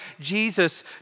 Jesus